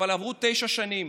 אבל עברו תשע שנים.